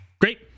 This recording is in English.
great